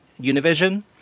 Univision